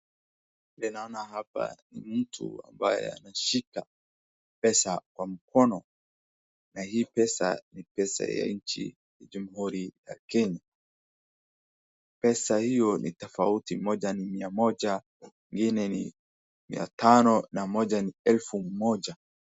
Mtu ambaye ameshika pesa kwa mkono na hii pesa ni ya jamhuri ya Kenya. Pesa hii ni tofauti moja ni mia moja, mia tano na nyingine ni elfu moja.